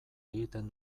egiten